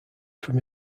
from